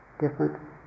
different